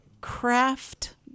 craft